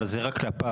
אבל זה רק כלפיו,